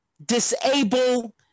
Disable